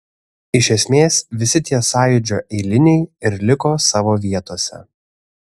iš esmės visi tie sąjūdžio eiliniai ir liko savo vietose